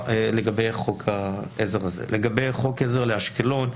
רק לעניין התקנה של כלי אצירה ראשון.